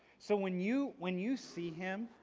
so when you. when you see him,